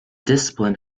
discipline